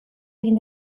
egin